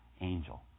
angel